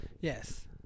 Yes